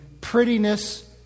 prettiness